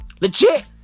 Legit